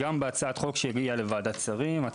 גם בהצעת החוק המקורית שהגיעה לוועדת השרים זה